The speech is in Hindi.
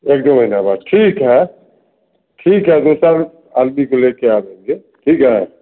एक दो महीना बाद ठीक है ठीक है दो चार आदमी को लेकर आ जाएँगे ठीक है